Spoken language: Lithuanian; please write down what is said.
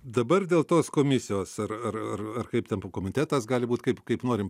dabar dėl tos komisijos ar ar ar ar kaip ten komitetas gali būt kaip kaip norim